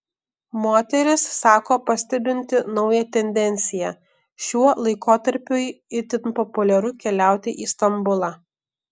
moteris sako pastebinti naują tendenciją šiuo laikotarpiui itin populiaru keliauti į stambulą